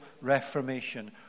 reformation